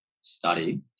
study